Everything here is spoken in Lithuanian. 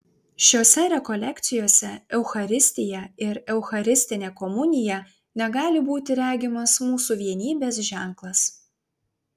šiose rekolekcijose eucharistija ir eucharistinė komunija negali būti regimas mūsų vienybės ženklas